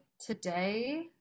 today